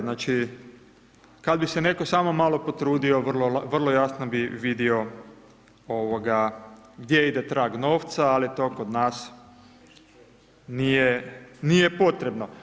Znači kada bi se netko samo malo potrudio vrlo jasno bi vidio gdje ide trag novca, ali to kod nas nije potrebno.